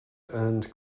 earned